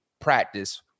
practice